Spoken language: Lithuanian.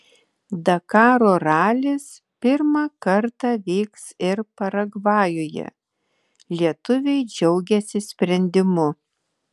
dakaro ralis pirmą kartą vyks ir paragvajuje lietuviai džiaugiasi sprendimu